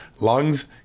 lungs